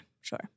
sure